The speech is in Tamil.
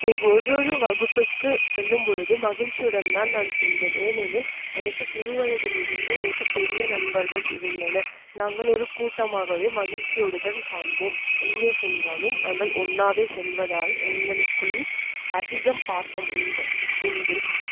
ஒரு ஒரு வகுப்பிற்கு சொல்லும் பொழுது மகிழ்ச்சியுடன் தான் நான் செல்வேன் ஏனெனில் எனக்கு சிறு வயதிலிருந்தே எனக்கு பெரிய நண்பர்கள் இருந்தனர் நாங்கள் ஒரு கூட்டமாகவே மகிழ்ச்சியோடு தான் காண்போம் எங்கே சென்றாலும் நாங்கள் ஒன்றாவே சொல்வதால் எங்களுக்குள் அதிகம் பாசம் உண்டு உண்டு